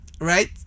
Right